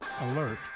Alert